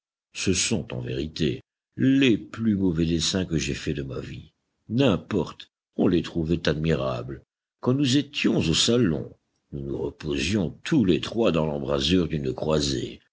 ce sont en vérité les plus mauvais dessins que j'aie faits de ma vie n'importe on les trouvait admirables quand nous étions au salon nous nous reposions tous les trois dans l'embrasure d'une croisée